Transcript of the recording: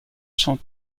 sont